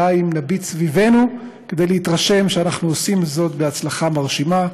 די אם נביט סביבנו כדי להתרשם שאנחנו עושים זאת בהצלחה מרשימה.